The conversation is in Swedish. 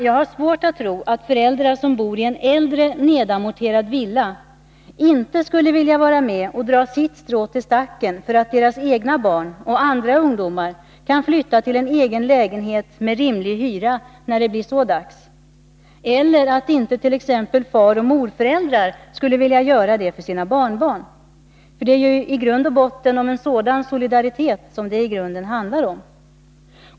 Jag har svårt att tro att föräldrar som bor i en äldre nedamorterad villa inte skulle vilja vara med och dra sitt strå till stacken för att deras egna barn och andra ungdomar kan flytta till en egen lägenhet med rimlig hyra när det blir så dags, eller att intet.ex. faroch morföräldrar skulle vilja göra det för sina barnbarn. Det är ju en sådan solidaritet som det i grunden handlar om.